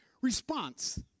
response